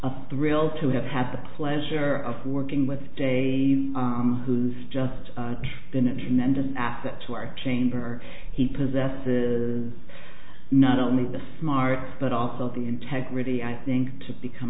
i'm thrilled to have had the pleasure of working with de who's just been a tremendous asset to our chamber he possesses not only the smarts but also the integrity i think to become